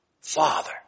Father